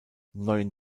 neuen